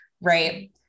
right